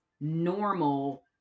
normal